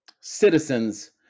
citizens